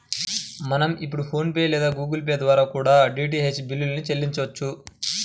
మనం ఇప్పుడు PhonePe లేదా గుగుల్ పే ల ద్వారా కూడా డీటీహెచ్ బిల్లుల్ని చెల్లించొచ్చు